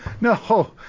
no